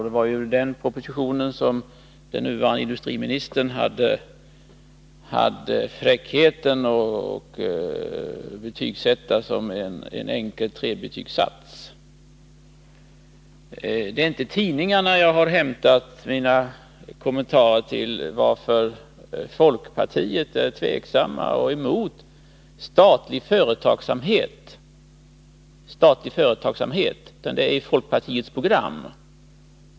Det var den propositionen som den nuvarande industriministern hade fräckheten att betygsätta som en enkel trebetygsuppsats. Det är inte från tidningarna jag har hämtat mina kommentarer till varför folkpartiet är tveksamt till eller är emot statlig företagsamhet, utan det är från folkpartiets program.